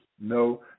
no